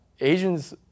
Asians